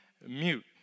mute